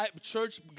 church